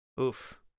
Oof